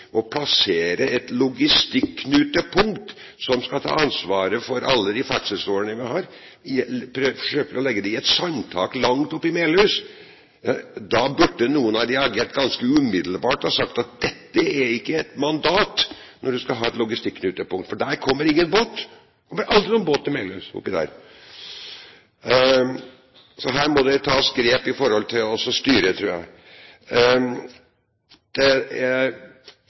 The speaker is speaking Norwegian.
et logistikknutepunkt som skal ta ansvaret for alle de ferdselsårene vi har – forsøker å legge det i et sandtak langt oppe i Melhus, da burde noen ha reagert ganske umiddelbart og sagt at dette er ikke et mandat når man skal ha et logistikknutepunkt. For der kommer det ingen båt. Det kommer aldri noen båt til Melhus – oppi der. Her må det tas grep for å styre, tror jeg. Miljøet er